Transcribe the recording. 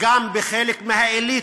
וגם בחלק מהאליטות,